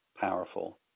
powerful